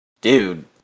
dude